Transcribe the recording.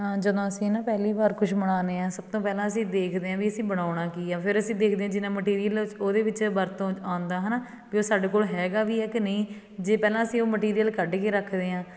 ਜਦੋਂ ਅਸੀਂ ਨਾ ਪਹਿਲੀ ਵਾਰ ਕੁਛ ਬਣਾਉਂਦੇ ਹਾਂ ਸਭ ਤੋਂ ਪਹਿਲਾਂ ਅਸੀਂ ਦੇਖਦੇ ਹਾਂ ਵੀ ਅਸੀਂ ਬਣਾਉਣਾ ਕੀ ਆ ਫਿਰ ਅਸੀਂ ਦੇਖਦੇ ਹਾਂ ਜਿੰਨਾਂ ਮਟੀਰੀਅਲ ਉਹਦੇ ਵਿੱਚ ਵਰਤੋਂ ਆਉਂਦਾ ਹੈ ਨਾ ਵੀ ਉਹ ਸਾਡੇ ਕੋਲ ਹੈਗਾ ਵੀ ਹੈ ਕਿ ਨਹੀਂ ਜੇ ਪਹਿਲਾਂ ਅਸੀਂ ਉਹ ਮਟੀਰੀਅਲ ਕੱਢ ਕੇ ਰੱਖਦੇ ਹਾਂ